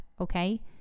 Okay